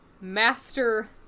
master